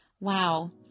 wow